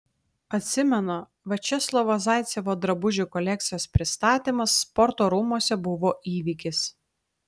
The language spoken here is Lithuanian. atsimenu viačeslavo zaicevo drabužių kolekcijos pristatymas sporto rūmuose buvo įvykis